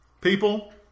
People